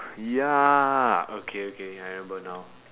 ya okay okay I remember now